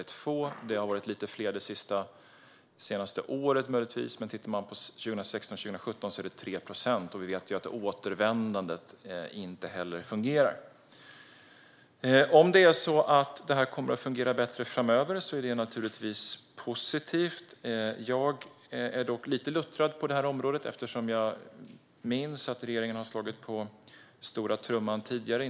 Det har möjligtvis varit några fler det senaste året, men för 2016-2017 är det 3 procent. Vi vet också att återvändandet inte heller fungerar. Om återvändandet kommer att fungera bättre framöver är det naturligtvis positivt. Jag är dock lite luttrad på området eftersom jag minns att regeringen har slagit på stora trumman tidigare.